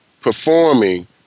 performing